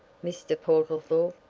mr. portlethorpe.